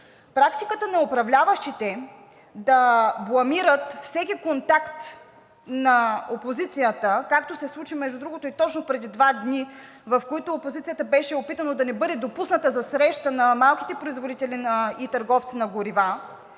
Практиката на управляващите да бламират всеки контакт на опозицията, както се случи, между другото, и точно преди два дни, в които опозицията беше опитано да не бъде допусната за среща на малките производители и търговци на горива,